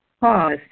Pause